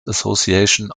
association